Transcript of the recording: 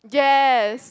yes